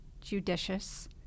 judicious